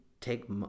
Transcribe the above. take